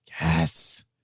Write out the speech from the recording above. Yes